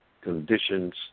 conditions